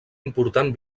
important